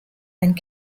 and